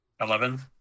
Eleven